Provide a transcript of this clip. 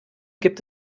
gibt